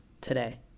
today